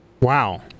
Wow